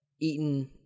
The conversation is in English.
eaten